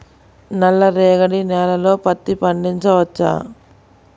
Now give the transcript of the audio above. నల్ల రేగడి నేలలో పత్తి పండించవచ్చా?